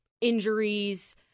injuries